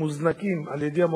על סדר-היום את נושא